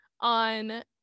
on